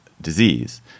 disease